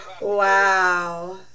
wow